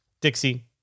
Dixie